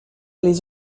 les